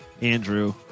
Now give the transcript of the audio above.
Andrew